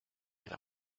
era